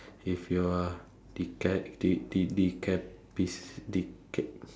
if you are deca~ de~ de~ decapic~ deca~